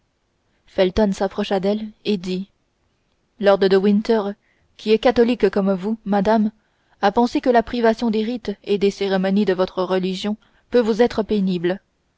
felton s'approcha d'elle et dit lord de winter qui est catholique comme vous madame a pensé que la privation des rites et des cérémonies de votre religion peut vous être pénible